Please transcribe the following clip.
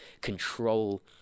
control